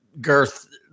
girth